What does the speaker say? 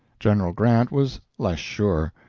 general grant was less sure.